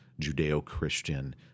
Judeo-Christian